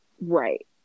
Right